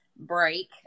break